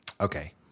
Okay